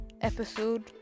episode